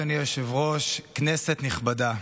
אדוני היושב-ראש, כנסת נכבדה,